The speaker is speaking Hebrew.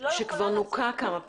לא יכולה --- שכבר נוקה כמה פעמים,